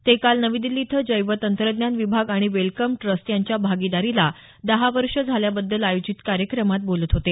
ते काल नवी दिल्ली इथं जैवतंत्रज्ञान विभाग आणि वेलकम ट्रस्ट यांच्या भागीदारीला दहा वर्षे झाल्याबद्दल आयोजित कार्यक्रमात बोलत होते